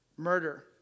Murder